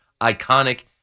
iconic